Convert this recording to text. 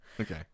Okay